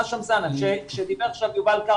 חאשם זאנה שדיבר עכשיו יובל.